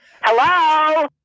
Hello